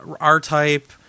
R-Type